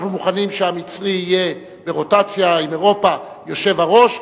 אנחנו מוכנים שהמצרי יהיה ברוטציה עם אירופה שהיא היושב-ראש,